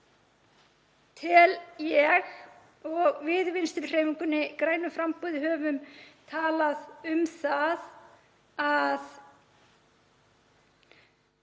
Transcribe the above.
tel ég, og við í Vinstrihreyfingunni – grænu framboði höfum talað um það, að